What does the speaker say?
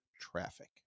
traffic